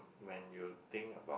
when you think about